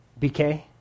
BK